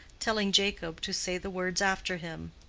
telling jacob to say the words after him.